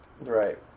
right